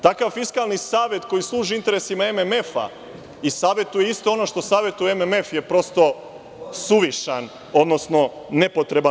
Takav Fiskalni savet koji služi interesima MMF i savetuje isto ono što savetuje MMF je prosto suvišan, odnosno nepotreban.